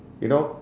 you know